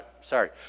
Sorry